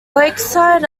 lakeside